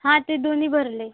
हां ते दोन्ही भरले